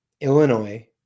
Illinois